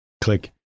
Click